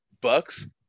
Bucks